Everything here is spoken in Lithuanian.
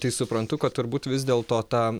tai suprantu kad turbūt vis dėl to tą